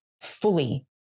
fully